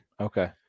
Okay